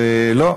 ולא,